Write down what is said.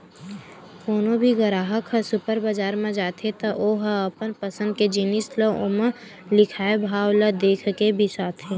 कोनो भी गराहक ह सुपर बजार म जाथे त ओ ह अपन पसंद के जिनिस ल ओमा लिखाए भाव ल देखके बिसाथे